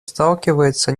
сталкивается